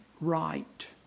right